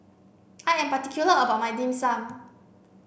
I am particular about my dim sum